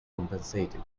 compensated